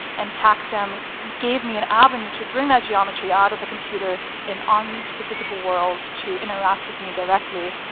and tactum gave me an avenue to bring that geometry out of the computer and on to the physical world to interact with me directly,